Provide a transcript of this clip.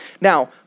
Now